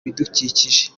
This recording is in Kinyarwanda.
bidukikije